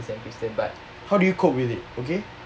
how do you cope with it okay